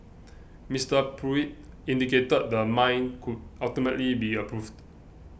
Mister Pruitt indicated the mine could ultimately be approved